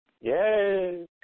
Yay